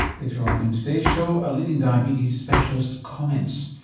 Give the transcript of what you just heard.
later on in today's show, a leading diabetes specialist comments.